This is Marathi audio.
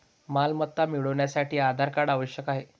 मालमत्ता मिळवण्यासाठी आधार कार्ड आवश्यक आहे